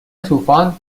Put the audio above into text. طوفان